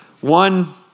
One